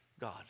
God